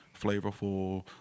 flavorful